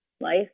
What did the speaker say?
life